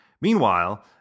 Meanwhile